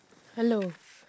hello